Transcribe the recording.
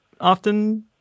often